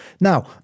Now